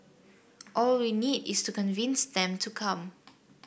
all we need is to convince them to come